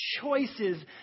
choices